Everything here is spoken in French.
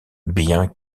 bien